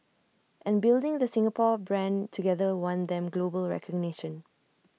and building the Singapore brand together won them global recognition